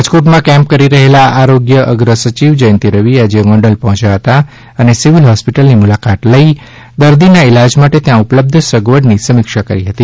રાજકોટમાં કેમ્પ કરી રહેલા આરોગ્ય અગ્ર સચિવ જયંતિ રવિ આજે ગોંડલ પહોચ્યા હતા અને સિવિલ હોસ્પિટલ ની મુલાકાત લઈ દર્દી ના ઈલાજ માટે ત્યાં ઉપલબ્ધ સગવડ ની સમિક્ષા કરી હતી